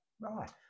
Right